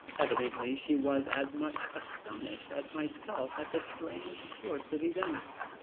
evidently she was as much astonished as myself at the strange course of events.